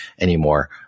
anymore